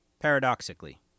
Paradoxically